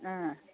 ꯑꯥ